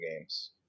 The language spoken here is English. games